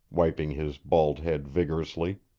wiping his bald head vigorously.